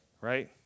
right